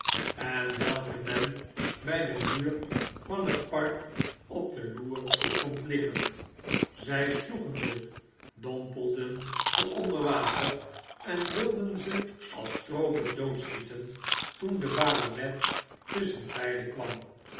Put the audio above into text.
en welke men bij den muur van het park op de loer vond liggen zij sloegen ze dompelden ze onder water en wilden ze als stroopers doodschieten toen de baronet tusschenbeide kwam